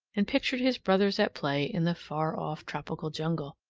and pictured his brothers at play in the far-off tropical jungle.